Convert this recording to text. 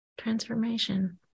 Transformation